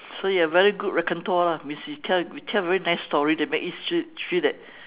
so you have very good lah means you tell you tell very nice story they make it feel feel that